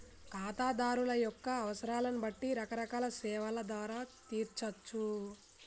ఖాతాదారుల యొక్క అవసరాలను బట్టి రకరకాల సేవల ద్వారా తీర్చచ్చు